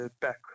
back